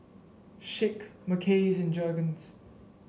Schick Mackays and Jergens